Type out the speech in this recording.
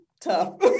tough